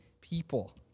people